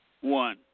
one